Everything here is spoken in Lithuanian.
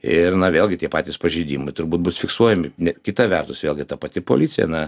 ir na vėlgi tie patys pažeidimai turbūt bus fiksuojami net kita vertus vėlgi ta pati policija na